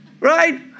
right